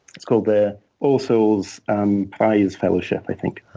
it's called the all souls um prize fellowship, i think.